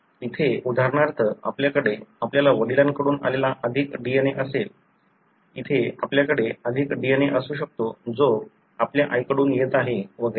इथे उदाहरणार्थ आपल्याकडे आपल्या वडिलांकडून आलेला अधिक DNA असेल इथे आपल्याकडे अधिक DNA असू शकतो जो आपल्या आईकडून येत आहे वगैरे